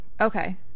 Okay